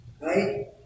Right